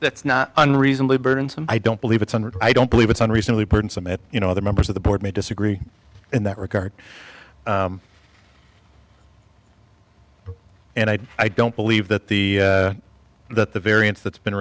that's not unreasonably burdensome i don't believe it's a i don't believe it's on recently person summit you know other members of the board may disagree in that regard and i i don't believe that the that the variance that's been